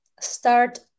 start